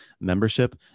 membership